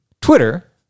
Twitter